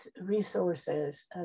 resources